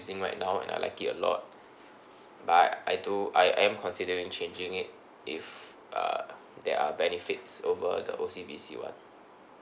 using right now and I like it a lot but I do I I am considering changing it if uh there are benefits over the O_C_B_C one